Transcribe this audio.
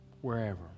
wherever